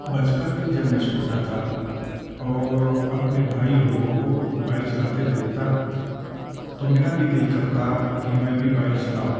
بچپن میں جب میں چھوٹا تھا اور اپنے بھائی لوگوں کو بائک چلاتے دیکھتا تو میرا بھی دل كرتا كہ میں بھی بائک چلاؤں